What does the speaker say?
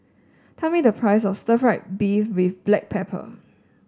tell me the price of Stir Fried Beef with Black Pepper